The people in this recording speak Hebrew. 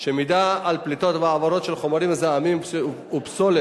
שמידע על פליטות והעברות של חומרים מזהמים ופסולת